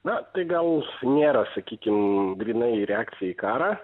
na tai gal nėra sakykim grynai reakcija į karą